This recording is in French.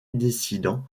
dissident